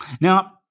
Now